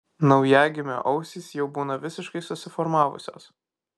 naujagimio ausys jau būna visiškai susiformavusios